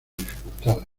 dificultades